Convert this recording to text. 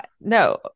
No